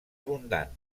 abundant